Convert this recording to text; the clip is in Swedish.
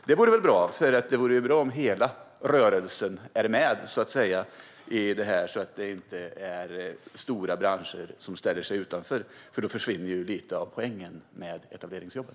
Det vore ju bra om hela rörelsen är med, så att säga, så att det inte blir stora branscher som ställer sig utanför, för då försvinner ju lite av poängen med etableringsjobben.